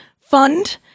Fund